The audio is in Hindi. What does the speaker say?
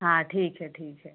हाँ ठीक है ठीक है